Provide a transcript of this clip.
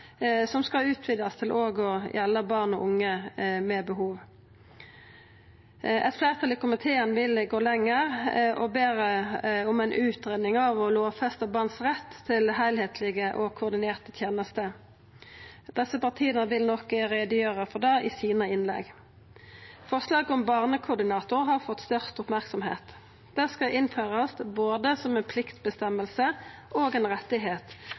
som skal utvidast til òg å gjelda barn og unge med behov. Eit fleirtal i komiteen vil gå lenger og ber om ei utgreiing av å lovfesta barns rett til heilskaplege og koordinerte tenester. Desse partia vil gjera greie for det i sine innlegg. Forslaget om barnekoordinator har fått størst merksemd. Det skal innførast som både eit pliktvedtak og ein rett. Forslaget får oppslutning av ein